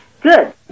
Good